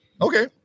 okay